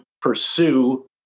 pursue